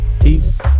Peace